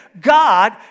God